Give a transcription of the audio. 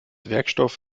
werkstoff